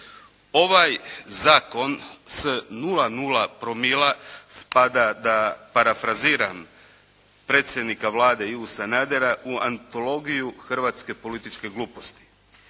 Ovaj zakon sa 0,0 promila, ispada da parafraziram predsjednika Vlade, Ivu Sanadera, u antologiju hrvatske političke gluposti.